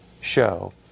show